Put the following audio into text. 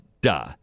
Duh